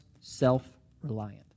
self-reliant